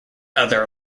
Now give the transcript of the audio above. other